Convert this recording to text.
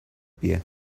pie